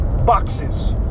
boxes